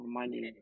money